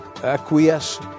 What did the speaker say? acquiesce